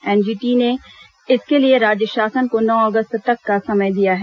NGT ने इसके लिए राज्य शासन को नौ अगस्त तक का समय दिया है